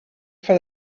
for